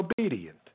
obedient